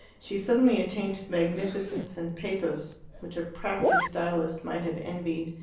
she suddenly attained to magnificence and pathos which a practised stylist might have envied.